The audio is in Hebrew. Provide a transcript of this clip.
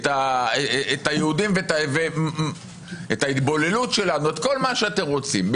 ויש התבוללות וכל מה שאתם רוצים,